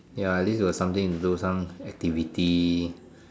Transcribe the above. ya at least got something do some activity